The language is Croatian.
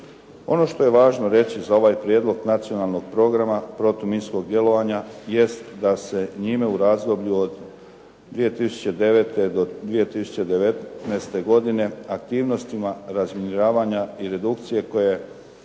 Ono što je važno reći za ovaj Prijedlog nacionalnog programa protuminskog djelovanja jest da se njime u razdoblju od 2009. do 2019. godine aktivnostima razminiravanja i redukcije koje